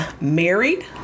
married